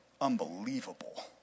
Unbelievable